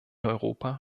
europa